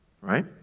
Right